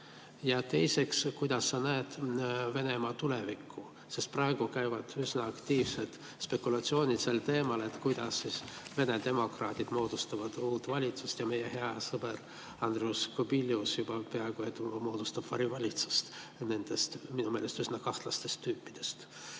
Ja teiseks: kuidas sa näed Venemaa tulevikku? Praegu käivad üsna aktiivsed spekulatsioonid sel teemal, kuidas Vene demokraadid moodustavad uut valitsust, ja meie hea sõber Andrius Kubilius juba peaaegu et moodustab varivalitsust nendest minu meelest üsna kahtlastest tüüpidest.